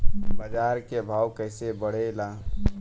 बाजार के भाव कैसे बढ़े ला?